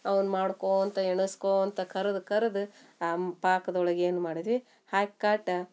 ಅವ್ನ ಮಾಡ್ಕೋತ ಎಣಸ್ಕೋತ ಕರದು ಕರದು ಆಂ ಪಾಕದೊಳಗೆ ಏನು ಮಾಡಿದ್ವಿ ಹಾಕಿ ಕಾಟಾ